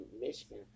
Michigan